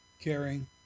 Caring